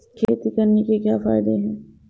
खेती करने से क्या क्या फायदे हैं?